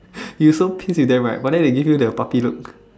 you so pissed with them right but then they give you the puppy look